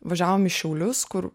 važiavom į šiaulius kur